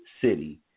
city